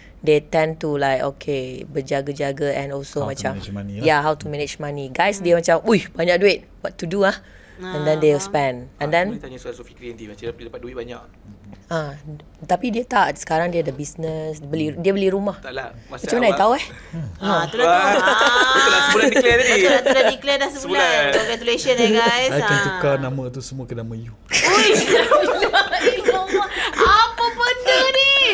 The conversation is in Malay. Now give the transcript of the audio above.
They tend to like, okay, berjaga-jaga and also How to macam- manage money lah. Yeah, how to manage money. Guys, Mm. dia macam, "Uih, banyak duit, what to do ah?" And then they Ah. spend. And Ah, then- boleh tanya soal Sophie Krih nanti, macam dia dapat duit banyak. Ah, d- tapi dia tak. Sekarang dia ada business, beli- Hmm. dia beli rumah. Tak lah, masa Macam mana dia awa- tahu eh? Hmm. Ah, Ah. tu dah tu- Ah, betul lah, sebulan declare tadi. Betul lah, tu dah declare dah sebulan. Sebulan. Congratulations eh, guys. I can Ah. tukar nama tu semua ke nama you. Ui, apa benda ni?